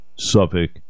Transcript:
Suffolk